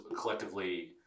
collectively